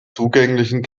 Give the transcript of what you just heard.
zugänglichen